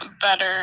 better